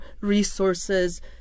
resources